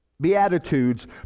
beatitudes